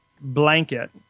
blanket